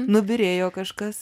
nubyrėjo kažkas